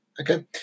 Okay